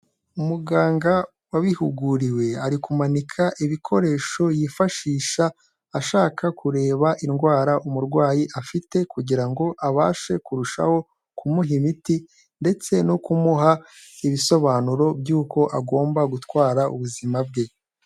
Umuganga wabihuguriwe ari kumanika ibikoresho yifashisha, ashaka kureba indwara umurwayi afite kugira ngo abashe kurushaho, kumuha imiti ndetse no kumuha ibisobanuro by'uko agomba gutwara ubuzima bwe.